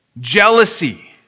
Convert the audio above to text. jealousy